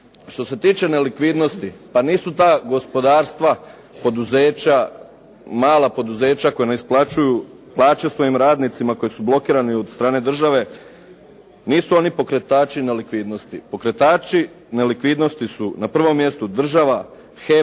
Što se tiče nelikvidnosti, pa nisu ta gospodarstva, mala poduzeća koja ne isplaćuju plaće svojim radnicima, koja su blokirani od strane države, nisu oni pokretači nelikvidnosti. Pokretači nelikvidnosti su na prvom mjestu država, HEP,